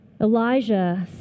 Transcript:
Elijah